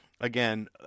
again